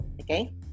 Okay